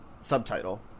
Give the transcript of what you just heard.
subtitle